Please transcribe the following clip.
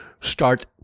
start